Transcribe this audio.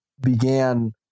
began